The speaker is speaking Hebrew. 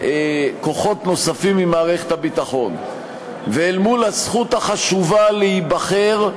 בכוחות נוספים ממערכת הביטחון ואל מול הזכות החשובה להיבחר,